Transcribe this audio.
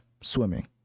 Swimming